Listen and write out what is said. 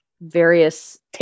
various